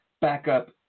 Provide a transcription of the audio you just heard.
backup